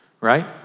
Right